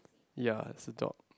ya is a top